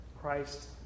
Christ